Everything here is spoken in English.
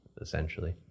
essentially